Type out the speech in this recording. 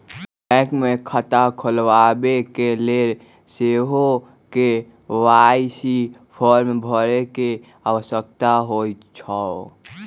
bank मे खता खोलबाबेके लेल सेहो के.वाई.सी फॉर्म भरे के आवश्यकता होइ छै